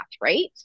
right